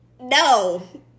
no